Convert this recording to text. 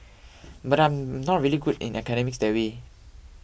but I'm not really good in academics that way